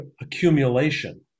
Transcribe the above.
accumulation